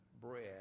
bread